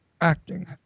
acting